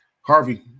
Harvey